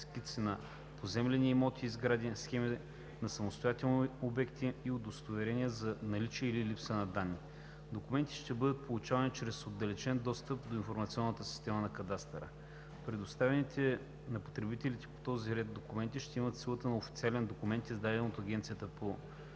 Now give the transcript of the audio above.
скици на поземлени имоти и сгради, схеми на самостоятелни обекти и удостоверения за наличие или липса на данни. Документите ще бъдат получавани чрез отдалечен достъп до информационната система на кадастъра. Предоставяните на потребителите по този ред документи ще имат силата на официален документ, издаден от Агенцията по геодезия,